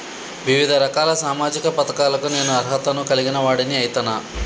వివిధ రకాల సామాజిక పథకాలకు నేను అర్హత ను కలిగిన వాడిని అయితనా?